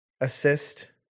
assist